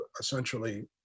essentially